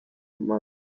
mubiri